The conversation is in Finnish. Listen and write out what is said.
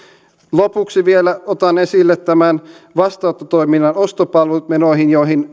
lopuksi vielä otan esille nämä vastaanottotoiminnan ostopalvelumenot joihin joihin